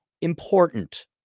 important